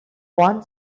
one